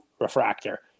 Refractor